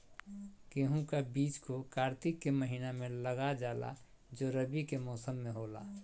गेहूं का बीज को कार्तिक के महीना में लगा जाला जो रवि के मौसम में होला